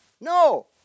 No